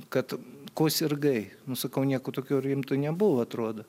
kad kuo sirgai nu sakau nieko tokio rimto nebuvo atrodo